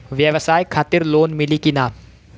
ब्यवसाय खातिर लोन मिली कि ना?